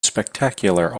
spectacular